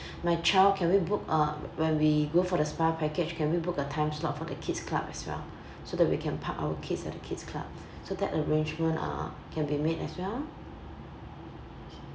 my child can we book uh when we go for the spa package can we book a time slot for the kids club as well so that we can park our kids at the kids club so that arrangement uh can be made as well